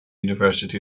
university